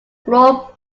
club